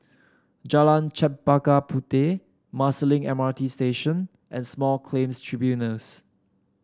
Jalan Chempaka Puteh Marsiling M R T Station and Small Claims Tribunals